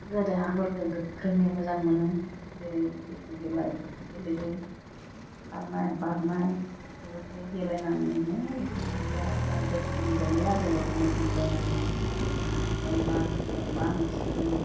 गोदो हाफोरखौ गोख्रोङै मोजां मोनो जेरै बिथु खेला बेफोरखौ गेलेयो खारनाय बारनाय बेफोरखौ गेलेनानैनो जोंनि देहाफ्रा गोख्रों जायो आरो ओरैनो जोंलायनानै जमा जमा बबाव मा थांगोन मा होसोगोन